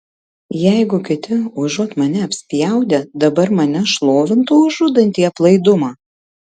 jeigu kiti užuot mane apspjaudę dabar mane šlovintų už žudantį aplaidumą